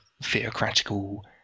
theocratical